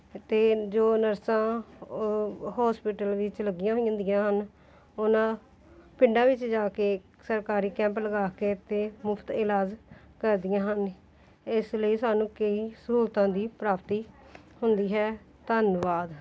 ਅਤੇ ਜੋ ਨਰਸਾਂ ਹੋਸਪੀਟਲ ਵਿੱਚ ਲੱਗੀਆਂ ਹੋਈਆਂ ਹੁੰਦੀਆਂ ਹਨ ਉਹਨਾਂ ਪਿੰਡਾਂ ਵਿੱਚ ਜਾ ਕੇ ਸਰਕਾਰੀ ਕੈਂਪ ਲਗਾ ਕੇ ਅਤੇ ਮੁਫਤ ਇਲਾਜ ਕਰਦੀਆਂ ਹਨ ਇਸ ਲਈ ਸਾਨੂੰ ਕਈ ਸਹੂਲਤਾਂ ਦੀ ਪ੍ਰਾਪਤੀ ਹੁੰਦੀ ਹੈ ਧੰਨਵਾਦ